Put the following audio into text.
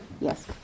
Yes